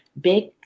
big